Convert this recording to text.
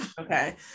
Okay